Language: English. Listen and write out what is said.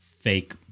fake